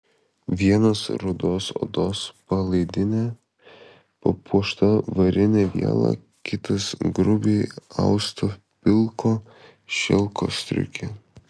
vienas rudos odos palaidine papuošta varine viela kitas grubiai austo pilko šilko striuke